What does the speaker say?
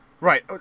Right